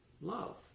love